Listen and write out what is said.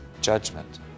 judgment